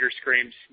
screams